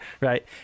right